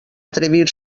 atrevir